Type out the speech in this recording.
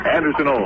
Anderson